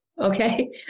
okay